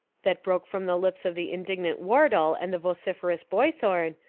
that broke from the lips of the indignant wardle and the vociferous boythorn,